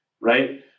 right